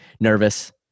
nervous